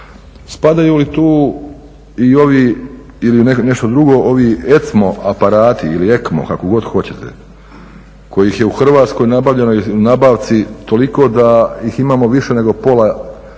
drugo, ovi ECMO aparati, kojih je u Hrvatskoj nabavljeno u nabavci toliko da ih imamo više nego pola